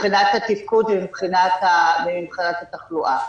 מבחינת התפקוד ומבחינת התחלואה.